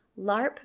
LARP